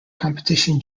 competition